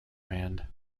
band